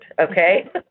okay